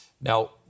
Now